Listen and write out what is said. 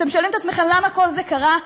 כשאתם שואלים את עצמכם למה כל זה קרה,